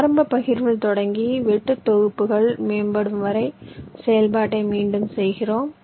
ஆரம்ப பகிர்வில் தொடங்கி வெட்டுத் தொகுப்புகள் மேம்படும் வரை செயல்பாட்டை மீண்டும் செய்கிறோம்